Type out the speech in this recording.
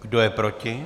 Kdo je proti?